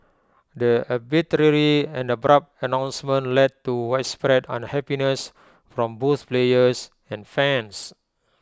the arbitrary and abrupt announcement led to widespread unhappiness from both players and fans